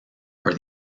are